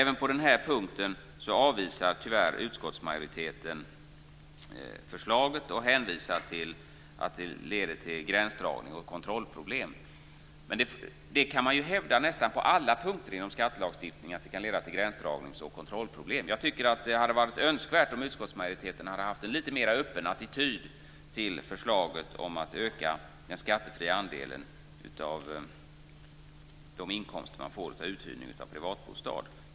Även på den här punkten avvisar tyvärr utskottsmajoriteten förslaget och hänvisar till att det leder till gränsdragnings och kontrollproblem. Att det kan leda till gränsdragnings och kontrollproblem kan man ju hävda nästan på alla punkter inom skattelagstiftningen. Det hade varit önskvärt om utskottsmajoriteten hade haft en lite mer öppen attityd till förslaget om att öka den skattefria andelen av de inkomster som man får av att hyra ut sin privatbostad.